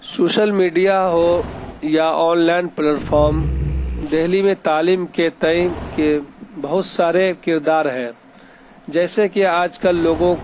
social media ہو یا online platform Delhi میں تعلیم کے تئیں کے بہت سارے کردار ہیں جیسے کہ آج کل لوگوں